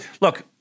look